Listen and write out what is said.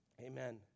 Amen